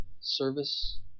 service